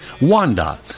WANDA